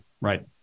Right